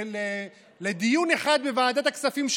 בדיון אחד בוועדת הכספים,